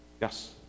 Yes